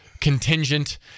contingent